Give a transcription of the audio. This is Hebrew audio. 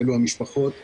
אלה המשפחות והאנשים.